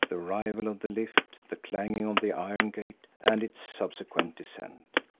the arrival of the lift, the clanging of the iron gate, and its subsequent descent.